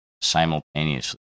simultaneously